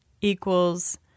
equals